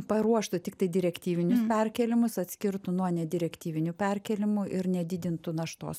paruoštų tiktai direktyvinius perkėlimus atskirtų nuo ne direktyvinių perkėlimų ir nedidintų naštos